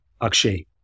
Akshay